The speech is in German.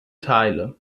teilen